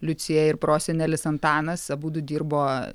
liucija ir prosenelis antanas abudu dirbo